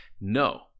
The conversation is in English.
No